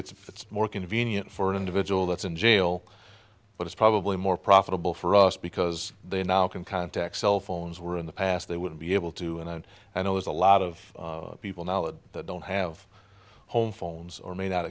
it's more convenient for an individual that's in jail but it's probably more profitable for us because they now can contact cell phones were in the past they would be able to and i know there's a lot of people now that don't have home phones or may not